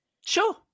Sure